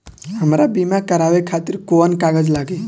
हमरा बीमा करावे खातिर कोवन कागज लागी?